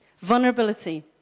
Vulnerability